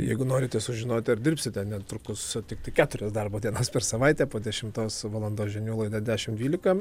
jeigu norite sužinoti ar dirbsite netrukus tiktai keturias darbo dienas per savaitę po dešimtos valandos žinių laida dešim dvylika